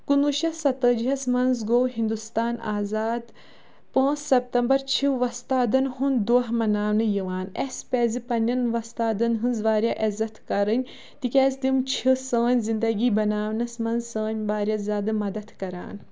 کُنوُہ شَتھ ستٲجی ہَس منٛز گوٚو ہِندُستان آزاد پانٛژھ سپتَمبَر چھِ وۄستادَن ہُنٛد دۄہ مَناونہٕ یِوان اَسہِ پَزِ پنٛنٮ۪ن وۄستادَن ہٕنٛز واریاہ عزت کَرٕنۍ تِکیٛازِ تِم چھِ سٲنۍ زندگی بَناونَس منٛز سٲنۍ واریاہ زیادٕ مَدَد کَران